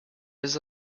les